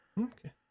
Okay